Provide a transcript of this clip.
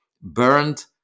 burned